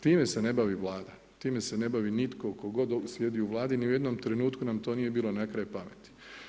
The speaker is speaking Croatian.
Time se ne bavi Vlada, time se ne bavi nitko tko god sjedi u Vladi, ni u jednom trenutku nam to nije bilo na kraj pameti.